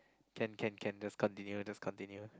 can can can just continue just continue